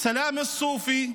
סלאמה א-סופי,